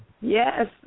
Yes